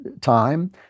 time